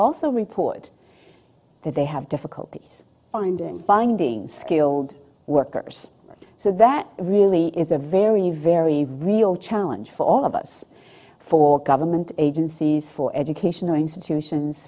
also report that they have difficulties finding findings killed workers so that really is a very very real challenge for all of us for government agencies for educational institutions